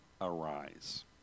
arise